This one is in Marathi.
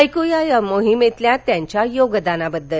ऐकुया या मोहिमेतील त्यांच्या योगदानाबद्दल